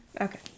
Okay